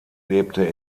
lebte